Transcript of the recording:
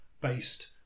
based